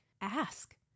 ask